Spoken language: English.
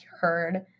heard